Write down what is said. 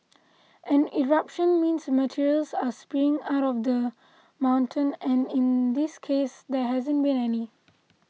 an eruption means materials are spewing out of the mountain and in this case there hasn't been any